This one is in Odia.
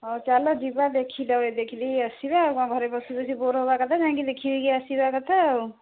ହଉ ଚାଲଯିବା ଦେଖିବା ଦେଖିଦେଇ ଆସିବା ଆଉ କ'ଣ ଘରେ ବସି ବସି ବୋର ହେବାକଥା ଯାଇକି ଦେଖିଦେଇ ଆସିବା କଥା ଆଉ